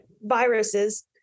viruses